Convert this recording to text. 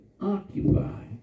occupy